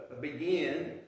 begin